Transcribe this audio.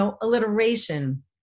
alliteration